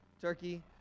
Turkey